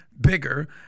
bigger